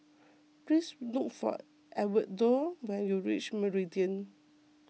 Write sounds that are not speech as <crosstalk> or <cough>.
<noise> please look for Edwardo when you reach Meridian